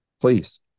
Please